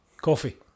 coffee